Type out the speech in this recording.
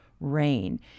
Rain